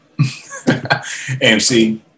AMC